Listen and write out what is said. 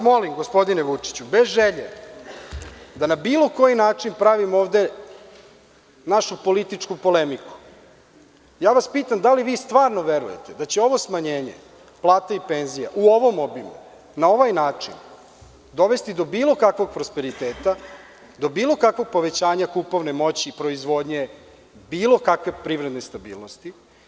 Molim vas, gospodine Vučiću, bez želje da na bilo koji način pravim ovde našu političku polemiku, pitam vas da li stvarno verujete da će ovo smanjenje plata i penzija u ovom obimu, na ovaj način dovesti do bilo kakvog prosperiteta, do bilo kakvog povećanja kupovne moći, proizvodnje, bilo kakve privredne stabilnosti?